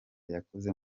yakoze